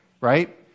Right